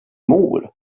mor